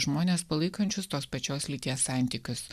žmones palaikančius tos pačios lyties santykius